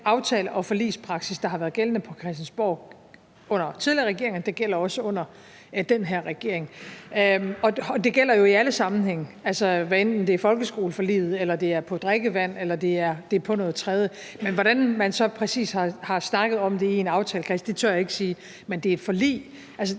den aftale- og forligspraksis, der har været gældende på Christiansborg under tidligere regeringer, også gælder under den her regering. Og det gælder jo i alle sammenhænge, hvad enten det er folkeskoleforliget, drikkevand eller noget tredje. Men hvordan man så præcis har snakket om det i en aftalekreds, tør jeg ikke sige, men det er et forlig.